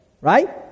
right